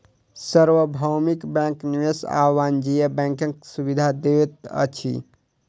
सार्वभौमिक बैंक निवेश आ वाणिज्य बैंकक सुविधा दैत अछि